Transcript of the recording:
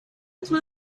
are